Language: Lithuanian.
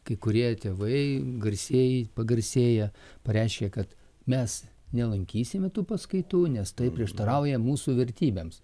kai kurie tėvai garsieji pagarsėję pareiškė kad mes nelankysime tų paskaitų nes tai prieštarauja mūsų vertybėms